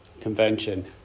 convention